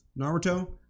Naruto